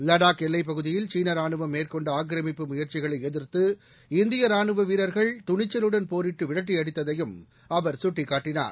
லடாக் எல்லைப் பகுதியில் சீன ராணுவம் மேற்கொண்ட ஆக்கிரமிப்பு முயற்சிகளை எதி்த்து இந்திய ராணுவ வீரர்கள் துணிச்சலுடன் போரிட்டு விரட்டியடித்ததையும் அவர் சுட்டிக்காட்டினார்